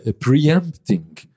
preempting